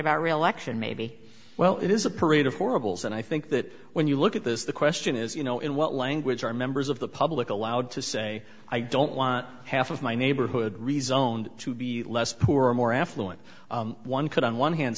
about re election maybe well it is a parade of horribles and i think that when you look at this the question is you know in what language are members of the public allowed to say i don't want half of my neighborhood rezoned to be less poor or more affluent one could on one hand